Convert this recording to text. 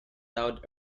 out